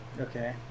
Okay